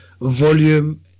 volume